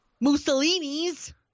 Mussolini's